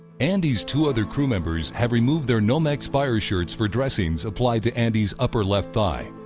andy's two other crew members have removed their nomex fire shirts for dressings applied to andy's upper left thigh.